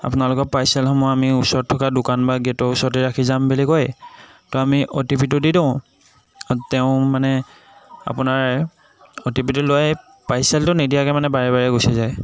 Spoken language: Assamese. আপোনালোকৰ পাৰ্চেলসমূহ আমি ওচৰত থকা দোকানত বা গেটৰ ওচৰতে ৰাখি যাম বুলি কয় তো আমি অ' টি পিটো দি দিওঁ তেওঁ মানে আপোনাৰ অ' টি পিটো লৈ পাৰ্চেলটো নিদিয়াকৈ মানে বাৰে বাৰে গুচি যায়